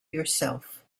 yourself